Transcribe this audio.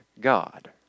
God